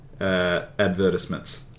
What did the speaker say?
advertisements